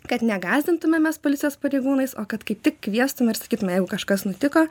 kad negąsdintumėme policijos pareigūnais o kad kiti kviestume ir sakytume jeigu kažkas nutiko